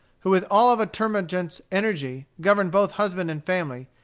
who with all of a termagant's energy governed both husband and family,